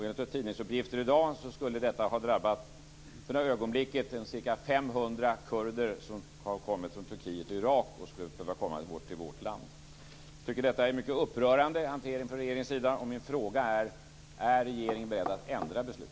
Enligt tidningsuppgifter i dag skulle detta ha drabbat för ögonblicket ca 500 kurder från Turkiet och Irak som skulle behöva komma till vårt land. Jag tycker att detta är en mycket upprörande hantering från regeringens sida.